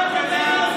תלה את הדגל הזה,